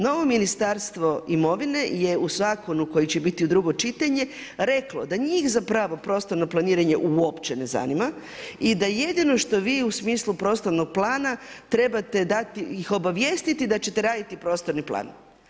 Novo Ministarstvo imovine je u zakonu koji će biti u drugom čitanju reklo da njih zapravo prostorno planiranje uopće ne zanima i da jedino što vi u smislu prostornog plana trebate dati, ih obavijestiti da ćete raditi prostorni plan.